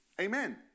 Amen